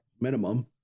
minimum